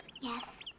Yes